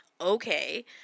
okay